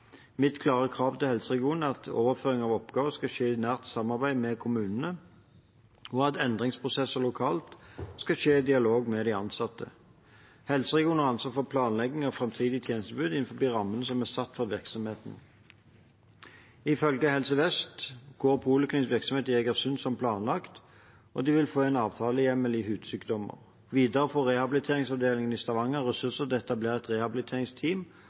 Mitt klare krav til helseregionene er at overføring av oppgaver skal skje i nært samarbeid med kommunene, og at endringsprosesser lokalt skal skje i dialog med de ansatte. Helseregionene har ansvaret for planlegging av framtidige tjenestetilbud innenfor rammen som er satt for virksomheten. Ifølge Helse Vest går poliklinisk virksomhet i Egersund som planlagt, og de vil få en avtalehjemmel i hudsykdommer. Videre får rehabiliteringsavdelingen i Stavanger ressurser til å etablere et rehabiliteringsteam